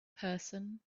person